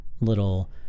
little